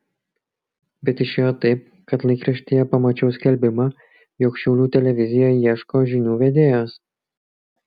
bet išėjo taip kad laikraštyje pamačiau skelbimą jog šiaulių televizija ieško žinių vedėjos